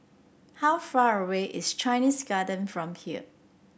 how far away is Chinese Garden from here